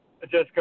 Jessica